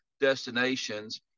destinations